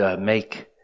make